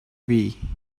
wii